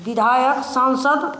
विधायक सांसद